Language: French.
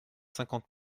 cinquante